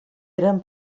eren